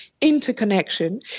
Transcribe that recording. interconnection